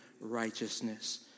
righteousness